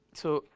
so,